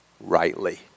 rightly